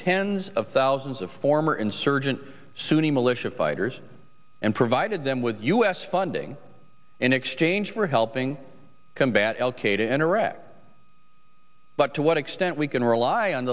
tens of thousands of former insurgent sunni militia fighters and provided them with u s funding in exchange for helping combat al qaeda in iraq but to what extent we can rely on